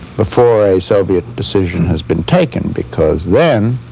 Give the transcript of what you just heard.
before a soviet decision has been taken, because then,